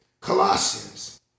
Colossians